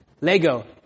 Lego